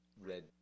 red